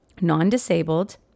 non-disabled